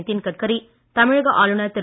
நித்தின்கட்கரி தமிழக ஆளுநர் திரு